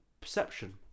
perception